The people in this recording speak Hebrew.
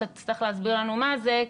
שאתה תצטרך להסביר לנו מה זה,